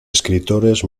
escritores